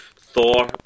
Thor